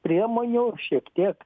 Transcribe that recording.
priemonių šiek tiek